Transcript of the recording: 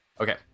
Okay